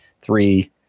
Three